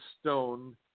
Stone